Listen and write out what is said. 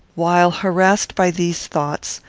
while harassed by these thoughts,